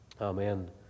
Amen